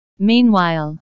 Meanwhile